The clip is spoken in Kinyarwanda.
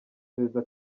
perezida